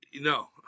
No